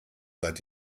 seit